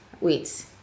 wait